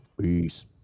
Peace